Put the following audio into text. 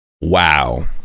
Wow